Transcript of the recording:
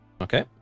okay